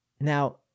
Now